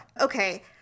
Okay